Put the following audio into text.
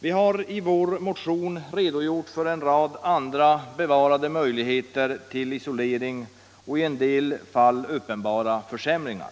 Vi har i motionen redogjort för en rad andra bevarade möjligheter till isolering och i en del fall uppenbara försämringar.